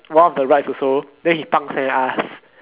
one of the rides also then he pang seh us